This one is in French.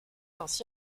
ainsi